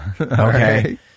Okay